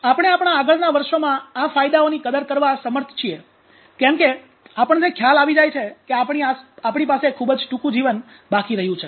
તેથી આપણે આપણાં આગળના વર્ષોમાં આ ફાયદાઓની કદર કરવા સમર્થ છીએ કેમ કે આપણને ખ્યાલ આવી જાય છે કે આપણી પાસે ખૂબ જ ટૂંકું જીવન બાકી રહ્યું છે